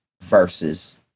versus